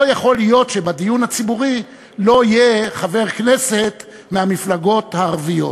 לא יכול להיות שבדיון הציבורי לא יהיה חבר כנסת מהמפלגות הערביות.